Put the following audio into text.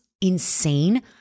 insane